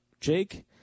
Jake